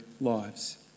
lives